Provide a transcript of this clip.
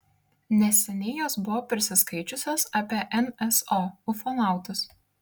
neseniai jos buvo prisiskaičiusios apie nso ufonautus